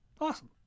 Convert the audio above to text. Awesome